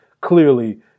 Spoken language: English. clearly